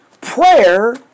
prayer